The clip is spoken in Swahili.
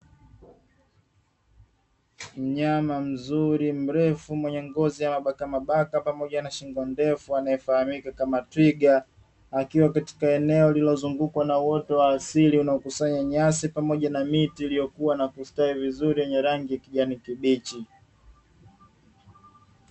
Mnyama mzuri mrefu mwenye ngozi ya mabaka mabaka pamoja na shingo ndefu anayefahamika kama twiga, akiwa amezungukwa na uoto wa asili unaokusanya nyasi pamoja na miti iliyokua na kustawi vizuri yenye rangi ya kijani kibichi.